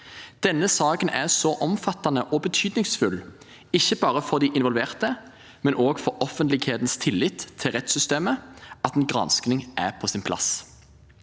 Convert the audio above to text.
Denne saken er så omfattende og betydningsfull, ikke bare for de involverte, men også for offentlighetens tillit til rettssystemet, at en gransking er på sin plass.